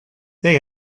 they